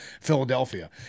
Philadelphia